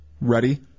ready